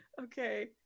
okay